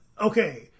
Okay